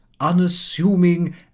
unassuming